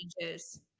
changes